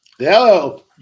Hello